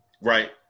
Right